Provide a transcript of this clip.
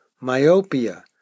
myopia